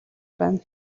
байна